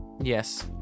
yes